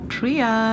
Tria